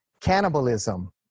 cannibalism